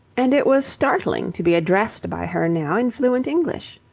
and it was startling to be addressed by her now in fluent english.